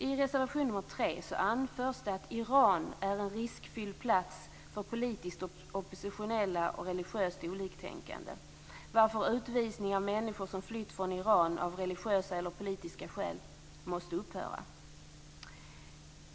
I reservation 3 anförs att Iran är en riskfylld plats för politiskt oppositionella och religiöst oliktänkande, varför utvisning av människor som flytt från Iran av religiösa eller politiska skäl måste upphöra.